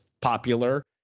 popular